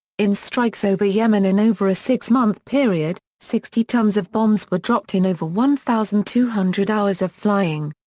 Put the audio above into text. in strikes over yemen in over a six-month period, sixty tons of bombs were dropped in over one thousand two hundred hours of flying.